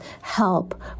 help